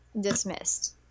dismissed